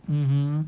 mm hmm